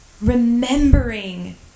remembering